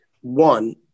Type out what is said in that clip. One